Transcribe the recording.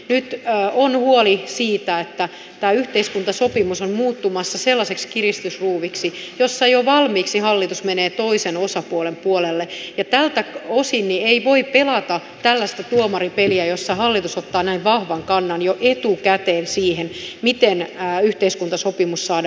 nyt on huoli siitä että tämä yhteiskuntasopimus on muuttumassa sellaiseksi kiristysruuviksi jossa jo valmiiksi hallitus menee toisen osapuolen puolelle ja tältä osin ei voi pelata tällaista tuomaripeliä jossa hallitus ottaa näin vahvan kannan jo etukäteen siihen miten yhteiskuntasopimus saadaan aikaan